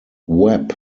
webb